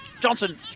Johnson